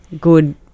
good